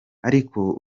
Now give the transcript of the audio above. ariko